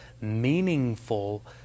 meaningful